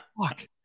fuck